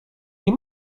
nie